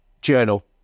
journal